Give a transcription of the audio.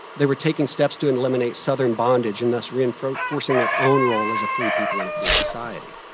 they were taking steps to eliminate southern bondage and, thus, reinforcing their own role as a free people and a free society.